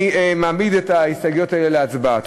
אני מעמיד את ההסתייגויות האלה להצבעה.